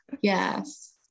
Yes